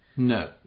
no